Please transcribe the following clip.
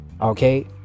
Okay